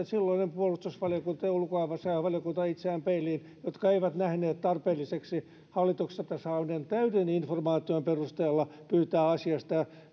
silloinen puolustusvaliokunta ja ulkoasiainvaliokunta jotka eivät nähneet tarpeelliseksi hallitukselta saadun täyden informaation perusteella pyytää asiasta